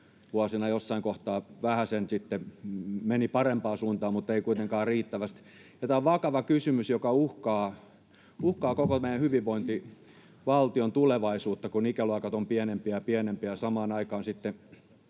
koronavuosina jossain kohtaa vähäsen sitten meni parempaan suuntaan, mutta ei kuitenkaan riittävästi. Tämä on vakava kysymys, joka uhkaa koko meidän hyvinvointivaltion tulevaisuutta, kun ikäluokat ovat pienempiä ja pienempiä